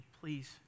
please